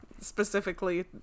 specifically